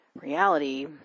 Reality